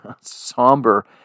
somber